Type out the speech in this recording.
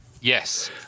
Yes